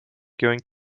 going